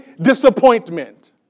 disappointment